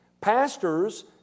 Pastors